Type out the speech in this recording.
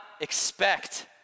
expect